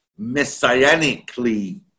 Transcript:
messianically